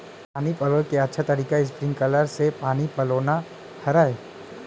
का पानी पलोय के अच्छा तरीका स्प्रिंगकलर से पानी पलोना हरय?